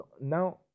now